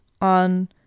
on